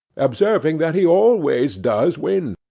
observing that he always does win,